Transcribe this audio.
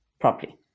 properly